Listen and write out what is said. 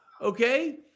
Okay